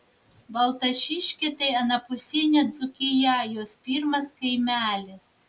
baltašiškė tai anapusinė dzūkija jos pirmas kaimelis